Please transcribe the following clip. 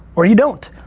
or you don't.